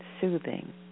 soothing